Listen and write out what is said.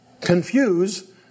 confuse